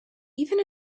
even